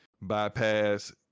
bypass